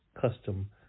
custom